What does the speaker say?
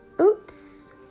Oops